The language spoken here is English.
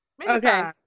okay